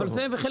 אבל זה הסיפור.